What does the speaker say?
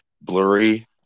blurry